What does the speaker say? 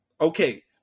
Okay